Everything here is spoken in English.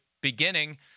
beginning